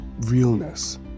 realness